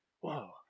whoa